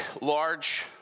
large